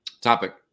topic